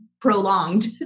prolonged